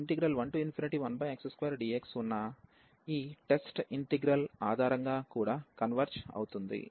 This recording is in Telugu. కాబట్టి ఇది 11x2dx ఉన్న ఈ టెస్ట్ ఇంటిగ్రల్ ఆధారంగా కూడా కన్వెర్జ్ అవుతుంది